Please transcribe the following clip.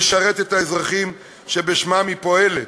לשרת את האזרחים שבשמם היא פועלת.